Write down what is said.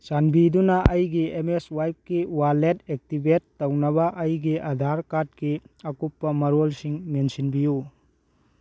ꯆꯥꯟꯕꯤꯗꯨꯅ ꯑꯩꯒꯤ M S ꯋꯥꯏꯞꯀꯤ ꯋꯥꯜꯂꯦꯠ ꯑꯦꯛꯇꯤꯕꯦꯠ ꯇꯧꯅꯕ ꯑꯩꯒꯤ ꯑꯗꯥꯔ ꯀꯥꯔꯠꯀꯤ ꯀꯨꯞꯄ ꯃꯔꯣꯜꯁꯤꯡ ꯃꯦꯟꯁꯤꯟꯕꯤꯌꯨ